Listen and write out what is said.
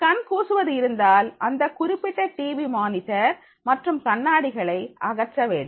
கண் கூசுவது இருந்தால் அந்த குறிப்பிட்ட டிவி மானிட்டர் மற்றும் கண்ணாடிகளை அகற்ற வேண்டும்